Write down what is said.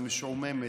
היא משועממת,